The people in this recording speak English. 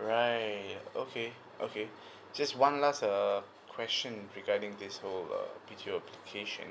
right okay okay just one last uh question regarding this whole uh B_T_O application